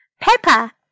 Peppa